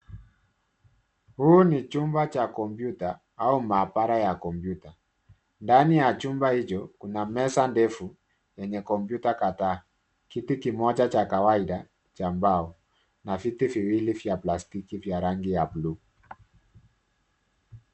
Huu ni chumba cha kompyuta au maabara ya kompyuta, ndani ya chumba hicho kuna meza ndefu yenye kompyuta kadhaa, kiti kimoja cha kawaida cha mbao na viti viwili vya plastiki vya rangi ya bluu.